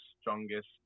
strongest